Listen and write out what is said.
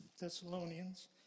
Thessalonians